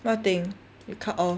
what thing you cut off